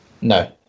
No